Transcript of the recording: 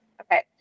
Okay